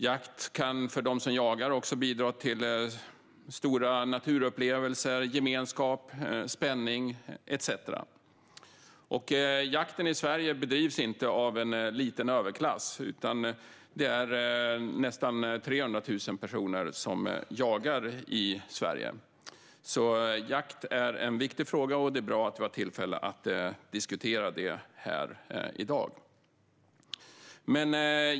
Jakt kan för dem som jagar också bidra till stora naturupplevelser, gemenskap, spänning etcetera. Jakten i Sverige bedrivs inte av en liten överklass, utan det är nästan 300 000 personer som jagar i Sverige. Jakt är alltså en viktig fråga, och det är bra att vi har tillfälle att diskutera den här i dag.